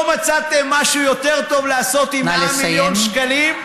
לא מצאתם משהו יותר טוב לעשות עם 100 מיליון שקלים?